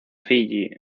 fiyi